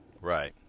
right